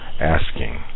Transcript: asking